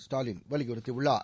ஸ்டாலின் வலியுறுத்தியுள்ளார்